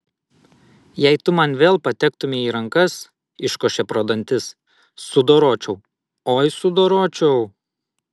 jei tu man vėl patektumei į rankas iškošė pro dantis sudoročiau oi sudoročiau